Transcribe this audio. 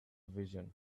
vision